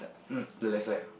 um the left side ah